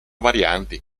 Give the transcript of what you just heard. varianti